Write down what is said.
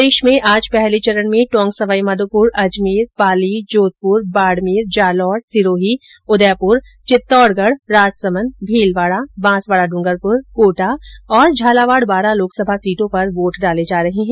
प्रदेश में आज पहले चरण में टोंक सवाईमाधोपुर अजमेर पाली जोधपुर बाडमेर जालोर सिरोही उदयपुर चित्तौड़गढ राजसमंद भीलवाडा बांसवाडा डूंगरपुर कोटा तथा झालावाड बारां लोकसभा सीटों पर वोट डाले जा रहे है